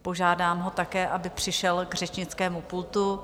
Požádám ho také, aby přišel k řečnickému pultu.